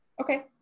Okay